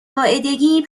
قاعدگی